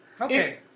Okay